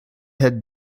had